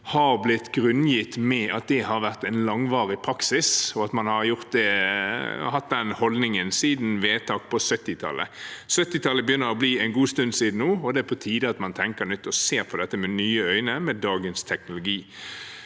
har blitt grunngitt med at det har vært en langvarig praksis, og at man har hatt den holdningen siden vedtak på 1970-tallet. 1970-tallet begynner å bli en god stund siden nå, og det er på tide at man tenker nytt og ser på dette med nye øyne og med dagens teknologi.